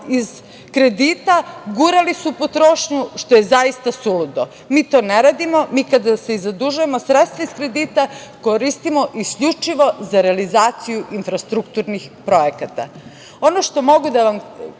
iz kredita gurali su u potrošnju, što je zaista suludo. Mi to ne radimo. Mi kada se i zadužujemo sredstva iz kredita koristimo isključivo za realizaciju infrastrukturnih projekata. Ono što mogu da vam